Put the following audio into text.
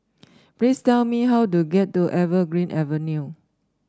please tell me how to get to Evergreen Avenue